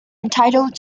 entitled